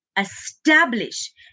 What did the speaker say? establish